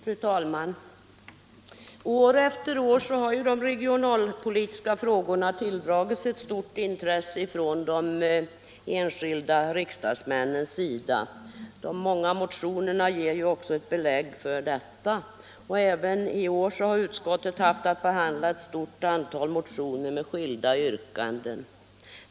Fru talman! År efter år har de regionalpolitiska frågorna tilldragit sig ett stort intresse från de enskilda riksdagsmännens sida. De många motionerna ger ju också ett belägg för detta. Även i år har utskottet haft att behandla ett stort antal motioner med skilda yrkanden.